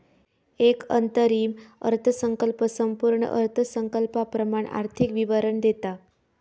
एक अंतरिम अर्थसंकल्प संपूर्ण अर्थसंकल्पाप्रमाण आर्थिक विवरण देता